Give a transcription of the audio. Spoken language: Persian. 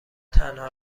تنها